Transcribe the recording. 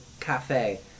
cafe